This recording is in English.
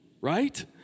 right